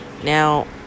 now